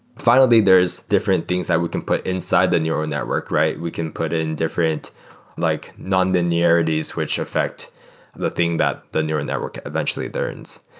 finally, there're different things that we can put inside the neural network, right? we can put in different like nonlinearities, which affect the thing that the neural network eventually learns.